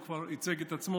הוא כבר ייצג את עצמו,